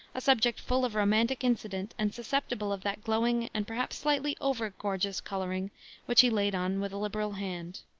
a subject full of romantic incident and susceptible of that glowing and perhaps slightly over gorgeous coloring which he laid on with a liberal hand.